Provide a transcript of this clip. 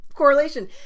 correlation